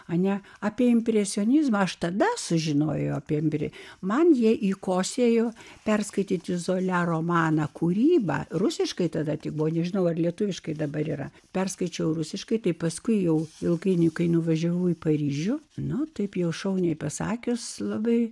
ane apie impresionizmą aš tada sužinojo apie impre man jie į kosėjo perskaityti izoliavę romaną kūrybą rusiškai tada kai buvo nežinau ar lietuviškai dabar yra perskaičiau rusiškai tai paskui jau ilgainiui kai nuvažiavau į paryžių nu taip jau šauniai pasakius labai